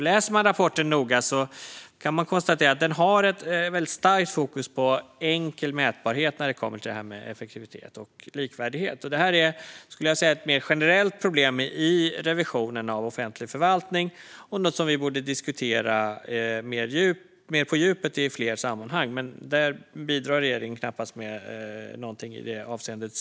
Läser man rapporten noga kan man konstatera att den har ett väldigt starkt fokus på enkel mätbarhet när det kommer till effektivitet och likvärdighet. Det är ett mer generellt problem i revisionen av offentlig förvaltning. Det är något som vi borde diskutera mer på djupet i fler sammanhang. I sitt svar bidrar regeringens knappast med någonting i det avseendet.